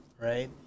right